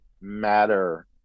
matter